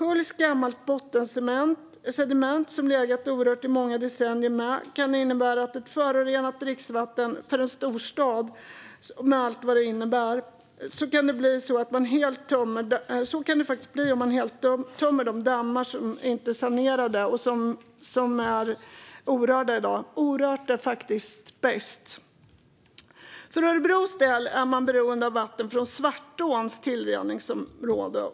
Om gammalt bottensediment som legat orört i många decennier sköljs med kan det innebära ett förorenat dricksvatten för en storstad, med allt vad det innebär. Så kan det faktiskt bli om man helt tömmer dammar som i dag inte är sanerade utan orörda. Orört är faktiskt bäst. För Örebros del är man beroende av vatten från Svartåns tillrinningsområde.